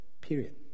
Period